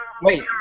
Wait